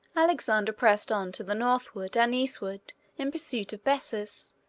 alexander pressed on to the northward and eastward in pursuit of bessus,